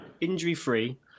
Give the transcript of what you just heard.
injury-free